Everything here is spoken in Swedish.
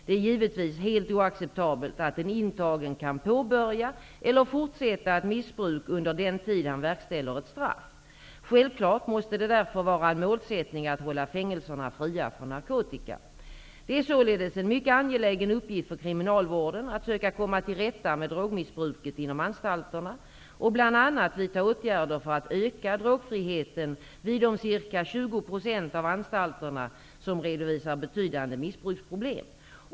Det är givetvis helt oacceptabelt att en intagen kan påbörja eller fortsätta ett missbruk under den tid han verkställer ett straff. Självklart måste det därför vara en målsättning att hålla fängelserna fria från narkotika. Det är således en mycket angelägen uppgift för kriminalvården att söka komma till rätta med drogmissbruket inom anstalterna och att bl.a. vidta åtgärder för att öka drogfriheten vid de ca 20 % av anstalterna som redovisar betydande missbruksproblem.